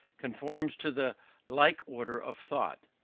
conforms to the like order of thought.